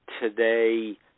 today